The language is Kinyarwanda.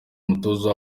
umutoza